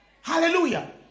Hallelujah